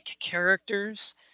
characters